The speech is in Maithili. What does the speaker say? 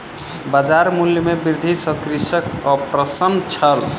बजार मूल्य में वृद्धि सॅ कृषक अप्रसन्न छल